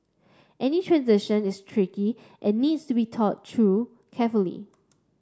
any transition is tricky and needs to be thought through carefully